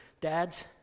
dads